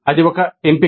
అది ఒక ఎంపిక